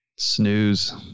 snooze